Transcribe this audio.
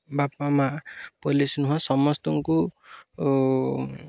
ବାପା ମାଆ ପୋଲିସ୍ ନୁହଁ ସମସ୍ତଙ୍କୁ